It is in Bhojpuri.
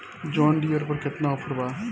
जॉन डियर पर केतना ऑफर बा?